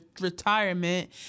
retirement